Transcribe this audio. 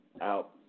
out